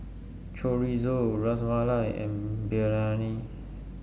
Chorizo Ras Malai and Biryani